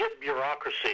bureaucracy